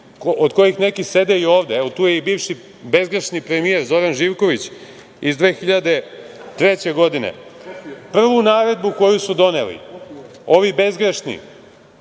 od kojih neki sede i ovde. Tu je i bivši bezgrešni premijer Zoran Živković iz 2003. godine. Prvu naredbu koju su doneli ovi bezgrešni